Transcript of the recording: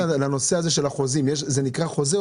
לנושא הזה של החוזים, זה נקרא חוזה?